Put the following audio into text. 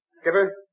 Skipper